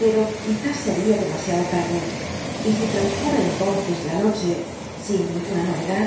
pero quizá será demasiado tarde y si transcurre entonces la noche sin ninguna novedad